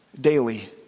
daily